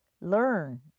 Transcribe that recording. learn